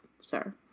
sir